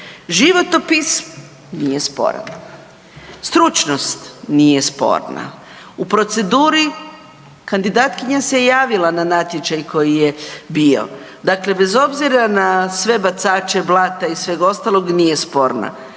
životopis nije sporan, stručnost nije sporna, u proceduri kandidatkinja se javila na natječaj koji je bio. Dakle, bez obzira na sve bacače blata i sveg ostalog nije sporna.